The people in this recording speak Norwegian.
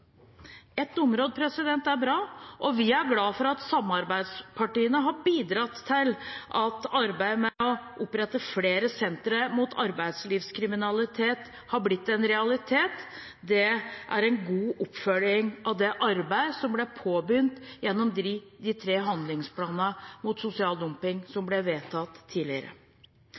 Ett område er bra, og vi er glade for at samarbeidspartiene har bidratt til at arbeidet med å opprette flere sentre mot arbeidslivskriminalitet har blitt en realitet. Det er en god oppfølging av det arbeidet som ble påbegynt gjennom de tre handlingsplanene mot sosial dumping som ble vedtatt tidligere.